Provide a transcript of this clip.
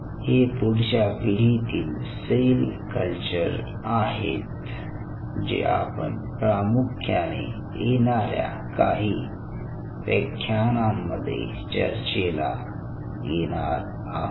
हे पुढच्या पिढीतील सेल कल्चर आहेत जे आपण प्रामुख्याने येणाऱ्या काही व्याख्यानांमध्ये चर्चेला येणार आहोत